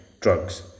drugs